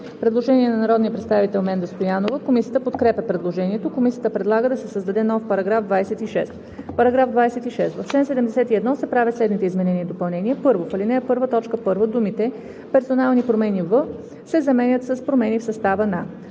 Предложение на народния представител Менда Стоянова. Комисията подкрепя предложението. Комисията предлага да се създаде нов § 26: „§ 26. В чл. 71 се правят следните изменения и допълнения: 1. В ал. 1, т. 1 думите „персонални промени в“ се заменят с „промени в състава на“.